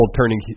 turning